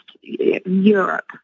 Europe